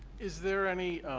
is there any